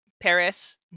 Paris